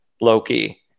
Loki